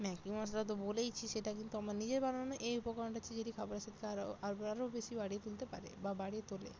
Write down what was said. Maggi মশলা তো বলেইছি সেটা কিন্তু আমার নিজের বানানো এই উপকরণটা হচ্ছে যেটি খাবারের স্বাদটা আরও আরও আরও বেশি বাড়িয়ে তুলতে পারে বা বাড়িয়ে তোলে